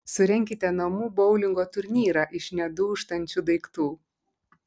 surenkite namų boulingo turnyrą iš nedūžtančių daiktų